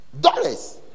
dollars